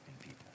people